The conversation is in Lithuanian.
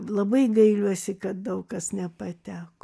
labai gailiuosi kad daug kas nepateko